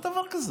אין דבר כזה,